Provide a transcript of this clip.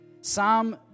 Psalm